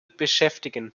beschäftigen